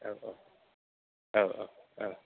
औ औ औ औ